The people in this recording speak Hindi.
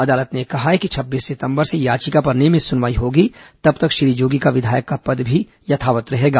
अदालत ने कहा है कि छब्बीस सितम्बर से याचिका पर नियमित सुनवाई होगी तब तक श्री जोगी का विधायक का पद भी यथावत रहेगा